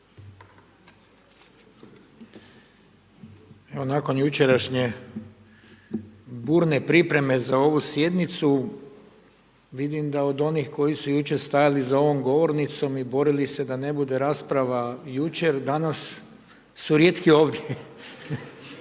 Nakon jučerašnje burne pripreme za ovu sjednicu vidim da od onih koji su jučer stajali za ovom govornicom i borili se da ne bude rasprava jučer danas su rijetki ovdje.